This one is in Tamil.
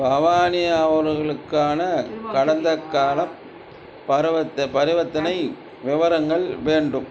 பவானி அவர்களுக்கான கடந்தக்கால பரவத்த பரிவர்த்தனை விவரங்கள் வேண்டும்